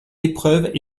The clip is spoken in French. épreuves